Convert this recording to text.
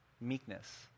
meekness